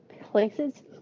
places